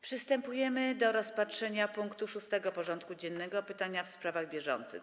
Przystępujemy do rozpatrzenia punktu 6. porządku dziennego: Pytania w sprawach bieżących.